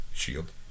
Shield